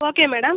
okay madam